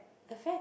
affect